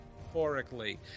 metaphorically